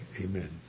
Amen